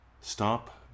stop